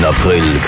April